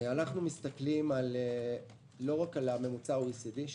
אנחנו מסתכלים לא רק על ממוצע ה-OECD,